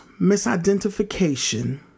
misidentification